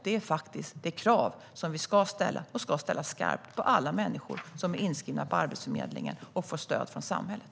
Det handlar om krav som vi ska ställa - skarpt - på alla människor som är inskrivna på Arbetsförmedlingen och får stöd från samhället.